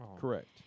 Correct